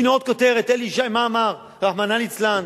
הנה עוד כותרת, אלי ישי מה אמר, רחמנא ליצלן.